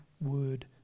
word